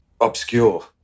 obscure